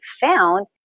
found